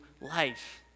life